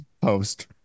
post